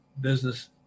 business